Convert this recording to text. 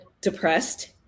depressed